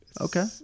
okay